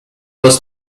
was